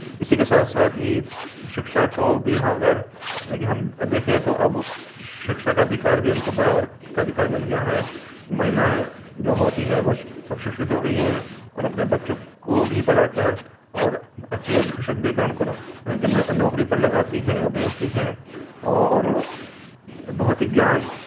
इसी के साथ साथ ही शिक्षा को भी अगर हम देखें अब शिक्षा का अधिकार भी उनको बराबर का अधिकार मिल गया है महिलायें जो होती है वह अब शिक्षित हो गई हैं और अपने बच्चों को भी पढ़ा कर और अच्छी एजुकेशन देकर उनको नौकरी पर लगाती हैं और भेजती हैं और बहुत ही ज्ञान